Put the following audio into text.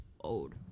old